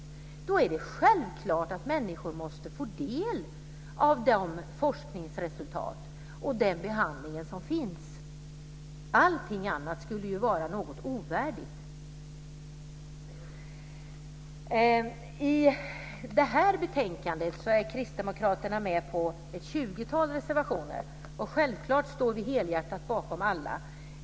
Då är det självklart att människor måste få del av de forskningsresultat och den behandling som finns. Allting annat skulle vara ovärdigt. I det här betänkandet är kristdemokraterna med i ett tjugotal reservationer. Självklart står vi helhjärtat bakom alla.